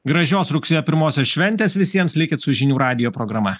gražios rugsėjo pirmosios šventės visiems likit su žinių radijo programa